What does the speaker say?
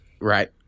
right